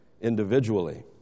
individually